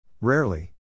Rarely